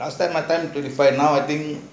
last time part time twenty five now I think